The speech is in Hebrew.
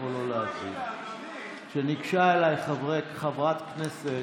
כאילו לא היו 12 שנה עכשיו של שלטון מסודר